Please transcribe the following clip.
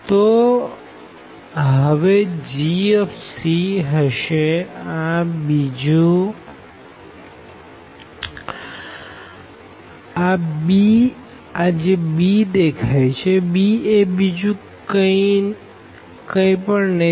તો હવે g હશે આ b એ બીજું કઈ ની પણ gછે